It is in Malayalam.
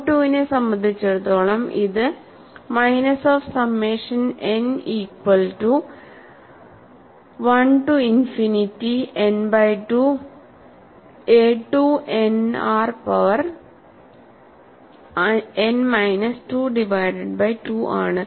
മോഡ് II നെ സംബന്ധിച്ചിടത്തോളം ഇത് minus of summation n equal to one to infinity n by 2 A IIn r power n minus 2 divided by 2 ആണ്